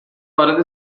وارد